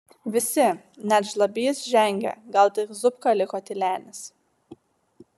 visi net žlabys žengė gal tik zupka liko tylenis